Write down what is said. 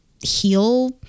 heal